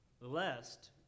lest